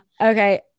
okay